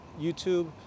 YouTube